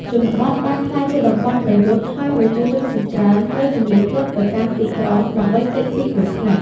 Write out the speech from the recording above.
ជនបទបានក្លាយជាតំបន់ប្រយុទ្ធ ហើយប្រជាជនជាច្រើនត្រូវជម្លៀសខ្លួនទៅកាន់ទីក្រុងដើម្បីគេចពីគ្រោះថ្នាក់។